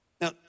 Now